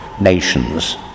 nations